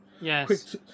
yes